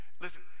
Listen